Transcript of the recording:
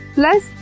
plus